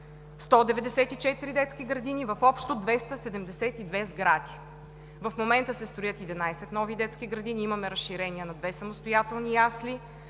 194 детски градини в общо 272 сгради. В момента се строят 11 нови детски градини, имаме разширение на две самостоятелни ясли,